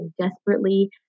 desperately